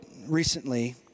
recently